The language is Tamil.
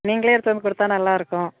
நீங்களே எடுத்து வந்து கொடுத்தா நல்லா இருக்கும்